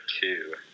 two